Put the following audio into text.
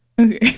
Okay